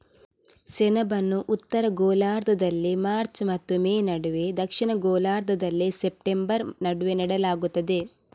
ಸೆಣಬನ್ನು ಉತ್ತರ ಗೋಳಾರ್ಧದಲ್ಲಿ ಮಾರ್ಚ್ ಮತ್ತು ಮೇ ನಡುವೆ, ದಕ್ಷಿಣ ಗೋಳಾರ್ಧದಲ್ಲಿ ಸೆಪ್ಟೆಂಬರ್ ನಡುವೆ ನೆಡಲಾಗುತ್ತದೆ